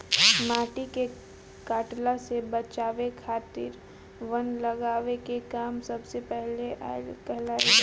माटी के कटला से बचावे खातिर वन लगावे के काम सबसे पहिले कईल जाला